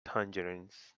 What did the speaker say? tangerines